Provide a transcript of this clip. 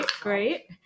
great